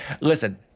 Listen